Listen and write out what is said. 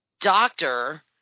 doctor